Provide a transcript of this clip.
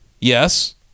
Yes